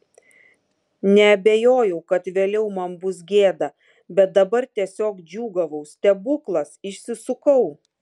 neabejojau kad vėliau man bus gėda bet dabar tiesiog džiūgavau stebuklas išsisukau